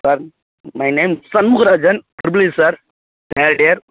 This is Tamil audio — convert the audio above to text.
sir my name Shanmugarajan sir triple E sir